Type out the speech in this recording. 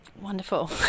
Wonderful